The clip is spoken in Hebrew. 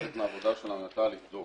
זה, חלק מהעבודה שלנו היה לבדוק.